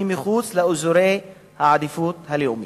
היא מחוץ לאזורי העדיפות הלאומית,